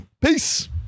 Peace